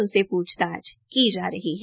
उसे पूछताछ की जा रही है